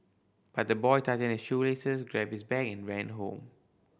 but the boy tightened his shoelaces grabbed his bag and ran home